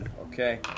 Okay